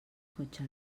cotxe